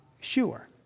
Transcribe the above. sure